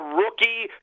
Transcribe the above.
rookie